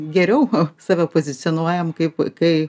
geriau save pozicionuojam kaip kai